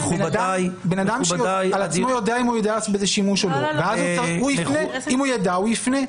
הוא ידע, הוא יפנה.